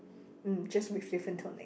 mm just with different tonation